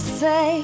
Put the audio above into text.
say